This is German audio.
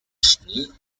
schnee